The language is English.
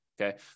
okay